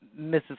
Mrs